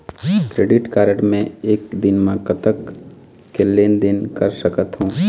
Credit card मे एक दिन म कतक के लेन देन कर सकत हो?